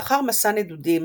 לאחר מסע נדודים